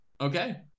Okay